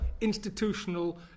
institutional